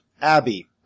Abby